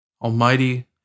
Almighty